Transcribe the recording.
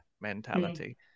mentality